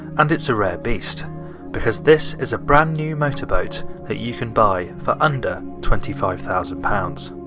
and it's a rare beast because this is a brand-new motorboat that you can buy for under twenty five thousand pounds.